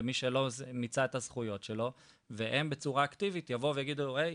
ומי שלא מיצה את הזכויות שלו הם בצורה אקטיבית יבואו ויגידו לו "היי,